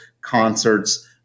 concerts